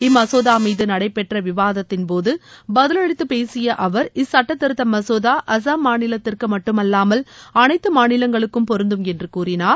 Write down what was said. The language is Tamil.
இம்மசோதா மீது நடைபெற்ற விவாதத்தின்போது பதிலளித்துப் பேசிய அவர் இச்சட்ட திருத்த மசோதா அசாம் மாநிலத்திற்கு மட்டுமல்லாமல் அனைத்து மாநிலங்களுக்கும் பொருந்தும் என்று கூறினார்